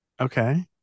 Okay